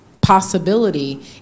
possibility